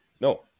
No